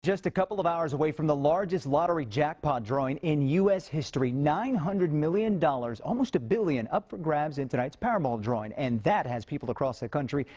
just a couple hours away from the largest lottery jackpot drawing in u s. history. nine hundred million dollars, almost a billion, up for grabs in tonight's powerball drawing and that has people across the country,